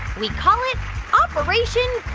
we call it operation